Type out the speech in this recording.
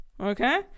Okay